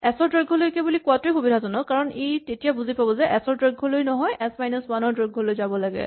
S ৰ দৈৰ্ঘলৈকে বুলি কোৱাটোৱেই সুবিধাজনক কাৰণ ই তেতিয়া বুজি পাব যে এচ ৰ দৈৰ্ঘলৈ নহয় এচ মাইনাচ ৱান ৰ দৈৰ্ঘলৈ যাব লাগে